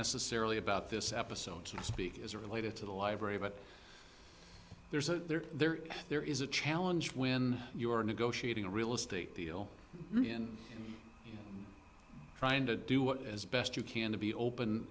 necessarily about this episode to speak as related to the library but there's a there there is a challenge when you are negotiating a real estate deal in trying to do it as best you can to be open